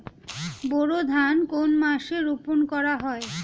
বোরো ধান কোন মাসে রোপণ করা হয়?